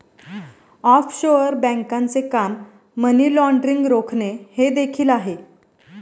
offshore बँकांचे काम money laundering रोखणे हे देखील आहे